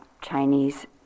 Chinese